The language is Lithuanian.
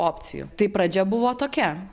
opcijų tai pradžia buvo tokia